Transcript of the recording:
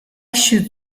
should